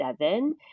seven